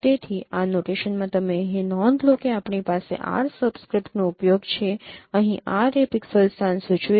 તેથી આ નોટેશનમાં તમે અહીં નોંધ લો કે આપણી પાસે 'r' સબસ્ક્રિપ્ટનો ઉપયોગ છે અહીં 'r' એ પિક્સેલ સ્થાન સૂચવે છે